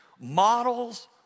models